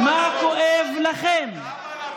מה כואב לכם?